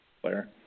Claire